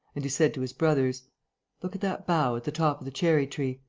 and he said to his brothers look at that bough, at the top of the cherry tree.